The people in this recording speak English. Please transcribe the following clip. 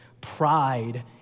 pride